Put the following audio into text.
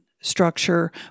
structure